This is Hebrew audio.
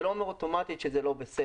זה לא אומר אוטומטית שזה לא בסדר.